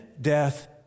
death